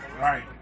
Right